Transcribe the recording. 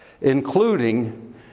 including